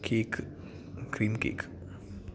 cake cream cake